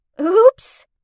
Oops